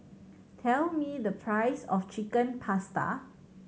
tell me the price of Chicken Pasta